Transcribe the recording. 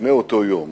לפני אותו יום